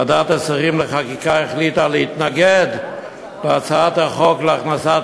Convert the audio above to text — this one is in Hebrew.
ועדת השרים לחקיקה החליטה להתנגד להצעת החוק להכנסת